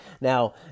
Now